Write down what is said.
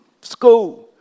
school